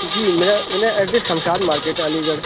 جی میرا میرا address Shamshad market علی گڑھ